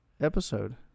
Episode